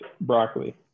broccoli